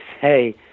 say